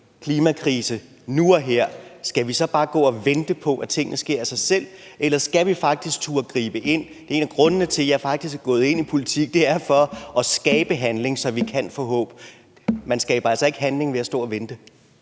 klimakrise nu og her? Skal vi så bare gå og vente på, at tingene sker af sig selv, eller skal vi faktisk turde gribe ind? En af grundene til, at jeg faktisk er gået ind i politik, er for at skabe handling, så vi kan få håb. Man skaber altså ikke handling ved at stå og vente.